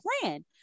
plan